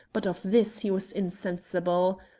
but of this he was insensible.